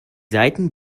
seiten